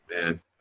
man